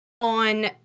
on